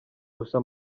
gusa